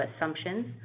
assumptions